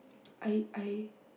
I I